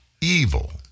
Evil